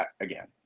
again